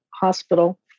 hospital